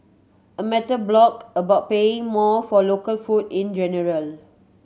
a mental block about paying more for local food in general